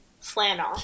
flannel